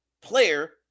player